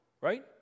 right